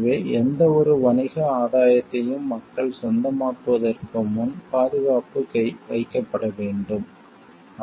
எனவே எந்தவொரு வணிக ஆதாயத்தையும் மக்கள் சொந்தமாக்குவதற்கு முன் பாதுகாப்பு வைக்கப்பட வேண்டும்